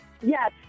Yes